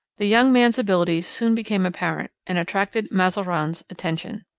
the young man's abilities soon became apparent and attracted mazarin's attention.